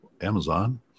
Amazon